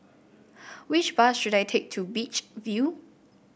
which bus should I take to Beach View